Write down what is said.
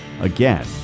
Again